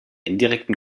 indirekten